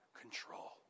control